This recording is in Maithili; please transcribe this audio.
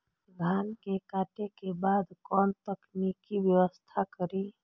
धान के काटे के बाद कोन तकनीकी व्यवस्था करी?